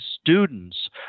students